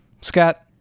Scott